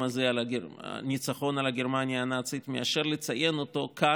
הזה של הניצחון על גרמניה הנאצית מאשר כאן,